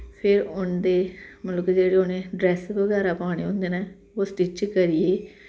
फिर उं'दे मतलब कि जेह्ड़े उ'नें ड्रैस्स बगैरा पाने होंदे न ओह् स्टिच्च करियै